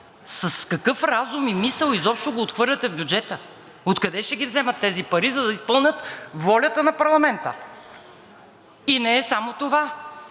с какъв разум и мисъл изобщо го отхвърляте в бюджета? Откъде ще ги вземат тези пари, за да изпълнят волята на парламента? И не е само това.